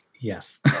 Yes